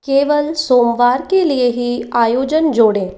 केवल सोमवार के लिए ही आयोजन जोड़ें